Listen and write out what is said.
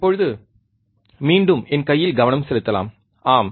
இப்போது மீண்டும் என் கையில் கவனம் செலுத்தலாம் ஆம்